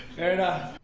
fair enough!